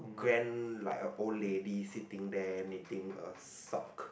grand like a old lady sitting there knitting a sock